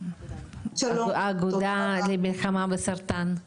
האגודה למלחמה לסרטן.